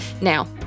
Now